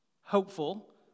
hopeful